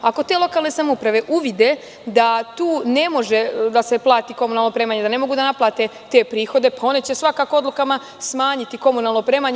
Ako te lokalne samouprave uvide da tu ne može da se plati komunalno opremanje, da ne mogu da plate te prihode, pa one će svakako odlukama smanjiti komunalna opremanja.